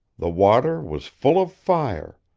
the water was full of fire.